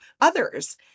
others